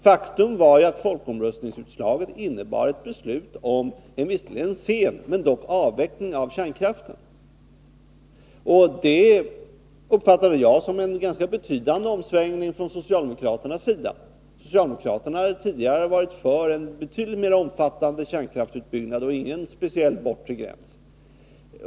Faktum är ju att folkomröstningsutslaget innebar ett beslut om en visserligen sen men dock avveckling av kärnkraften. Det uppfattade jag som en ganska betydande omsvängning från socialdemokraternas sida. Socialdemokraterna har tidigare varit för en betydligt mer omfattande kärnkraftsutbyggnad, utan någon speciell bortre gräns.